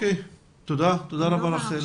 תודה רבה.